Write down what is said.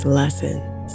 lessons